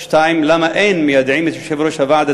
2. למה אין מיידעים את יושב-ראש הוועדה